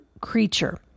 creature